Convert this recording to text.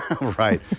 Right